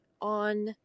on